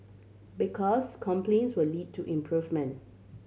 because complaints will lead to improvement